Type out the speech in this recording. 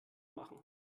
machen